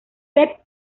seth